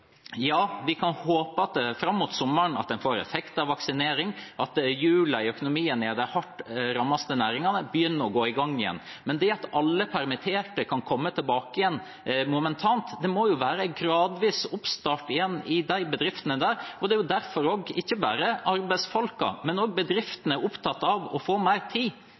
Ja, vi kan håpe at en fram mot sommeren får effekt av vaksinering, at hjulene i økonomien i de hardest rammede næringene begynner å komme i gang igjen. Men at alle permitterte kan komme tilbake igjen momentant – det må jo være gradvis oppstart igjen i disse bedriftene. Det er derfor ikke bare arbeidsfolk, men også bedriftene er opptatt av å få mer tid,